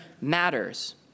matters